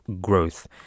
growth